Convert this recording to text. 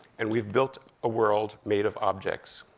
and we've built a world made of objects.